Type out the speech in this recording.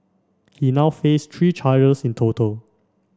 he now face three charges in total